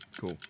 cool